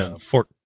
Fort